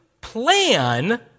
plan